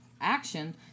action